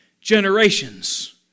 generations